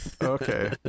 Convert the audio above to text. okay